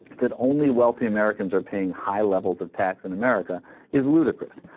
that only wealthy americans are paying high levels of tax in america is ludicrous